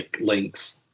Link's